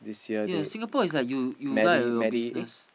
ya Singapore is like you you die your business